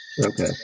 Okay